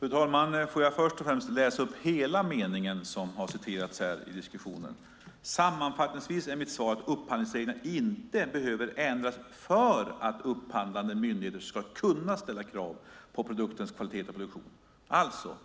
Fru talman! Jag vill först och främst läsa upp hela den mening som har citerats i diskussionen: "Sammanfattningsvis är mitt svar att upphandlingsreglerna inte behöver ändras för att upphandlande myndigheter ska kunna ställa krav på produktens kvalitet och produktion." Alltså: